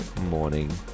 morning